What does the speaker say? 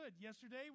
Yesterday